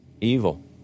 Evil